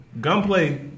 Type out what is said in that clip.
Gunplay